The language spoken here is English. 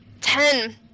Ten